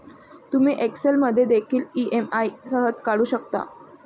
तुम्ही एक्सेल मध्ये देखील ई.एम.आई सहज काढू शकता